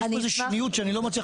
יש פה איזה שניות שאני לא מצליח לפצח.